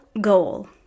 goal